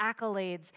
accolades